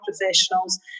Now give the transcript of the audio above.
professionals